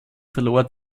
verlor